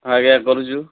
ହଁ ଆଜ୍ଞା କରୁଛୁ